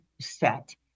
set